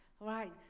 right